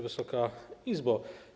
Wysoka Izbo!